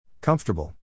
Comfortable